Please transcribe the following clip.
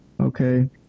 Okay